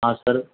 હા સર